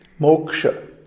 moksha